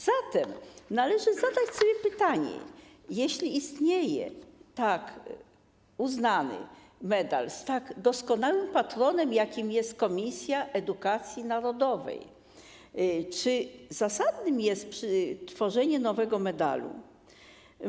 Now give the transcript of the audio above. Zatem należy zadać sobie pytanie: Jeśli istnieje tak uznany medal z tak doskonałym patronem, jakim jest Komisja Edukacji Narodowej, czy zasadne jest tworzenie nowego medalu?